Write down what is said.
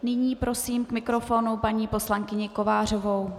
Nyní prosím k mikrofonu paní poslankyni Kovářovou.